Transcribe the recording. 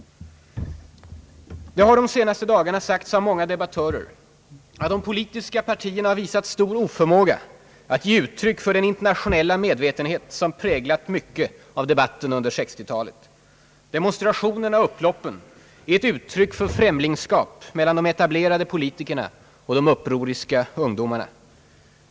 Det har de senaste dagarna sagts av många debattörer att de politiska partierna har visat stor oförmåga att ge uttryck för den internationella medvetenhet som präglat mycket av debatten under 60-talet. Demonstrationerna och upploppen är ett uttryck för främlingskap mellan de etablerade politikerna och de upproriska ungdomarna.